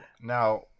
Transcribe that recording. now